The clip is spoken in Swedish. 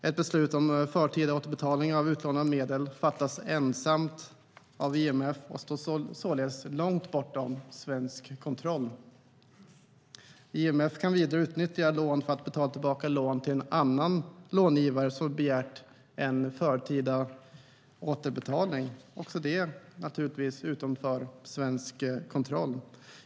Ett beslut om förtida återbetalning av utlånade medel fattas ensamt av IMF och ligger således långt bortom svensk kontroll. IMF kan vidare utnyttja lån för att betala tillbaka lån till en annan långivare som begärt en förtida återbetalning. Det ligger naturligtvis också utanför svensk kontroll.